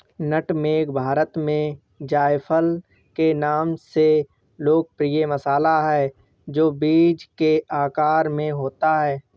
नट मेग भारत में जायफल के नाम से लोकप्रिय मसाला है, जो बीज के आकार में होता है